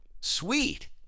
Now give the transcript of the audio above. Sweet